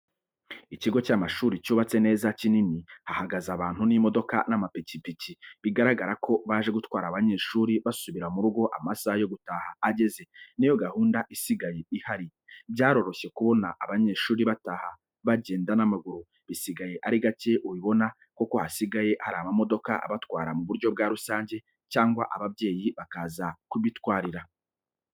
Ikigo cy'amashuri cyubatse neza kinini hahagaze abantu n'imodoka n'amikipiki bigaragara ko baje gutwara abanyeshuri basubira mu rugo amasaha yo gutaha ageze ni yo gahunda isigaye ihari, byaroroshye kubona abanyeshuri bataha bagenda n'amaguru bisigaye ari gake ubibona kuko hasigaye hari amamodoka abatwara mu buryo bwa rusange cyangwa ababyeyi bakaza kubitwarira.